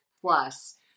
plus